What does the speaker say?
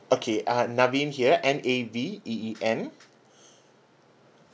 okay uh naveen here N A V E E N